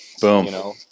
Boom